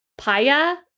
Paya